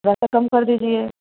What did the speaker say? पैसा कम कर दीजिए